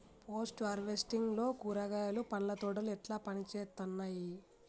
Post harvesting లో కూరగాయలు పండ్ల తోటలు ఎట్లా పనిచేత్తనయ్?